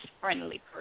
friendly